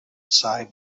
sighed